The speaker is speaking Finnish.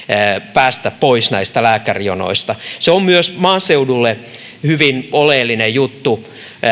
päästä pois näistä lääkärijonoista on myös maaseudulle hyvin oleellinen juttu